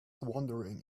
wondering